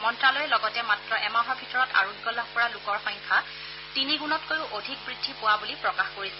মন্ত্যালয়ে লগতে মাত্ৰ এমাহৰ ভিতৰত আৰোগ্য লাভ কৰা লোকৰ সংখ্যা তিনি গুণতকৈও অধিক বৃদ্ধি পোৱা বুলি প্ৰকাশ কৰিছে